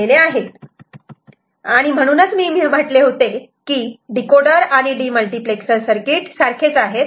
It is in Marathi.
D आणि म्हणूनच मी म्हटले होते की डीकोडर आणि डीमल्टिप्लेक्सर सर्किट सारखेच आहेत